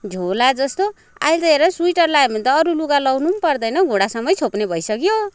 झोला जस्तो अहिले त हेर स्वेटर लायो भने त अरू लुगा त लगाउनु पनि पर्दैन घुँडासम्मै छोप्ने भइसक्यो